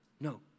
No